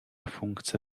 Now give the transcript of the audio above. funkce